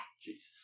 Jesus